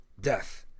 death